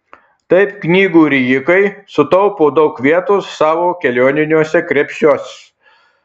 taip knygų rijikai sutaupo daug vietos savo kelioniniuose krepšiuos